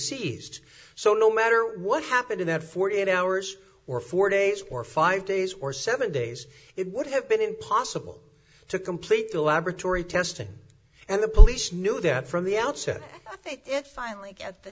seized so no matter what happened in that forty eight hours or four days or five days or seven days it would have been impossible to complete the laboratory testing and the police knew that from the outset i think it finally get the